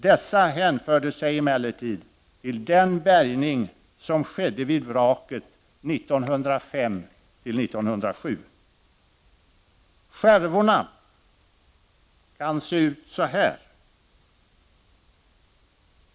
Dessa hänförde sig emellertid till den bärgning som skedde vid vraket 1905-1907. Jag vill gärna här visa hur skärvorna kan se ut.